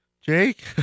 Jake